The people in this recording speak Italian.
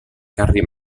carri